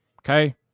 okay